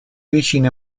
vicine